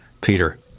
Peter